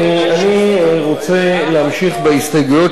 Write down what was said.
אני רוצה להמשיך בהסתייגויות שלנו.